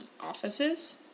offices